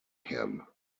him